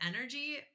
energy